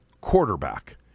quarterback